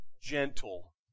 gentle